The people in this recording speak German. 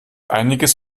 einiges